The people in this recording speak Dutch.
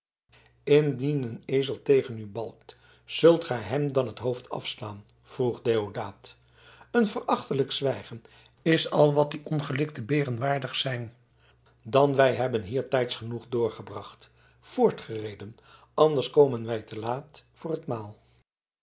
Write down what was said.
indien een ezel tegen u balkt zult gij hem dan het hoofd afslaan vroeg deodaat een verachtelijk zwijgen is al wat die ongelikte beren waardig zijn dan wij hebben hier tijds genoeg doorgebracht voortgereden anders komen wij te laat voor het maal